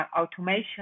automation